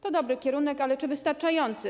To dobry kierunek, ale czy wystarczający?